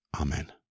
Amen